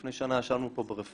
לפני שנה ישבנו פה ברפורמה,